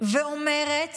ואומרת